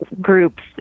group's